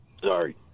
Sorry